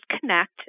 Connect